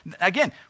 Again